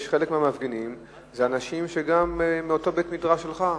חלק מהמפגינים זה אנשים מאותו בית-מדרש שלך,